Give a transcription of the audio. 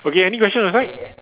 okay any question on your side